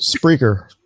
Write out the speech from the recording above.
Spreaker